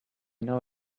know